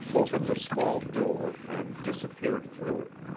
opened a small door and disappeared through it.